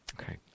Okay